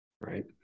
Right